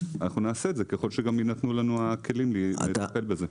אנחנו נעשה את זה ככל שגם יינתנו לנו הכלים לטפל בזה.